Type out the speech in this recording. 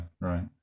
right